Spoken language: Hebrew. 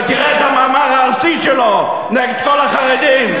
תראה את המאמר הארסי שלו נגד כל החרדים.